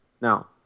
Now